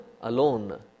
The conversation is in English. alone